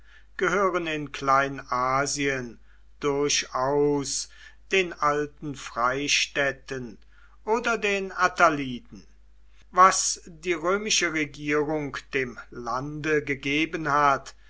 gehören in kleinasien durchaus den alten freistädten oder den attaliden was die römische regierung dem lande gegeben hat